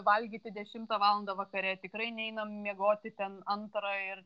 valgyti dešimtą valandą vakare tikrai neinam miegoti ten antrą ir